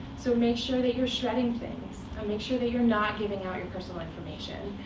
so make sure that you're shredding things. ah make sure that you're not giving out your personal information.